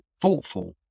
thoughtful